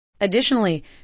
Additionally